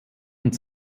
und